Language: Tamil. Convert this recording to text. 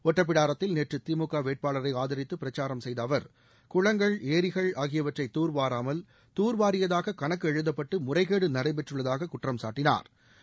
ஒட்டப்பிடாரத்தில் நேற்று திமுக வேட்பாளரை ஆதரித்து பிரச்சாரம் செய்த அவர் குளங்கள் ளிகள் ஆகியவற்றை தூர்வாராமல் தூர்வாரியதாக கணக்கு எழுதப்பட்டு முறைகேடு நடைபெற்றுள்ளதாக குற்றம்சாட்டனா்